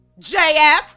jf